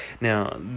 Now